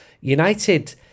United